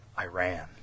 Iran